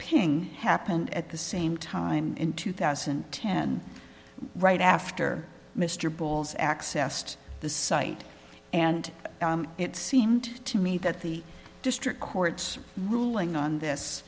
ping happened at the same time in two thousand and ten right after mr bowles accessed the site and it seemed to me that the district court's ruling on this